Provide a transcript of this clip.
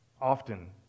often